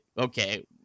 okay